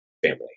Family